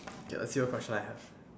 ya let's see what question I have